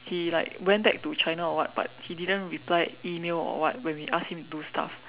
he like went back to China or what but he didn't reply email or what when we asked him to do stuff